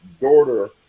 daughter